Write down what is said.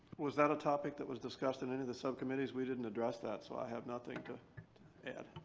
was that a topic that was discussed in any of the subcommittees? we didn't address that. so i have nothing to add.